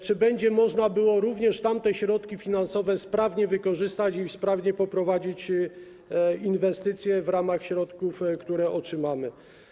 Czy będzie można również tamte środki finansowe sprawnie wykorzystać i sprawnie poprowadzić inwestycje w ramach środków, które otrzymamy?